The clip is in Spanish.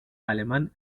alemán